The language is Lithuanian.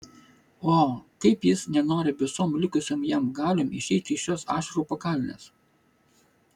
o kaip jis nenori visom likusiom jam galiom išeiti iš šios ašarų pakalnės